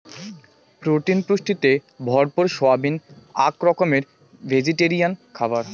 protein পুষ্টিতে ভরপুর soybean আক রকমের ভেজিটেরিয়ান খাবার